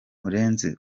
murenzi